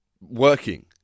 working